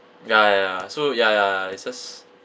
ya ya ya so ya ya ya it's just